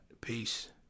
Peace